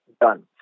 done